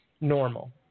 normal